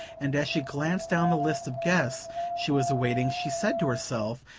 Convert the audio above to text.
and as she glanced down the list of guests she was awaiting she said to herself,